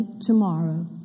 tomorrow